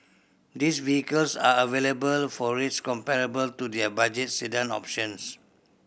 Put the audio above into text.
these vehicles are available for rates comparable to their budget sedan options